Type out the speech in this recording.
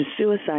Suicide